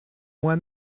moi